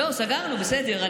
לא, סגרנו, בסדר.